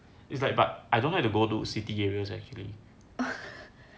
it's like but I don't like to go to city areas actually